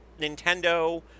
Nintendo